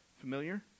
familiar